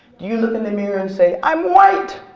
do you look in the mirror and say i'm white!